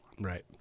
right